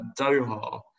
Doha